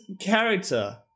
character